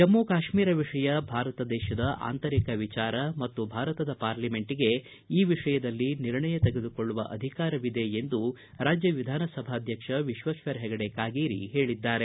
ಜಮ್ನು ಕಾತ್ಸೀರ ವಿಷಯ ಭಾರತದ ದೇಶದ ಆಂತರಿಕ ವಿಚಾರ ಮತ್ತು ಭಾರತದ ಪಾರ್ಲಿಮೆಂಟ್ಗೆ ಈ ವಿಷಯದಲ್ಲಿ ನಿರ್ಣಯ ತೆಗೆದುಕೊಳ್ಳುವ ಅಧಿಕಾರವಿದೆ ಎಂದು ರಾಜ್ಯ ವಿಧಾನಸಭಾಧ್ವಕ್ಷ ವಿಶ್ವೇಶ್ವರ ಹೆಗಡೆ ಕಾಗೇರಿ ಹೇಳಿದ್ದಾರೆ